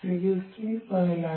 CSV ഫയലായി